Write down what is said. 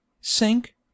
sink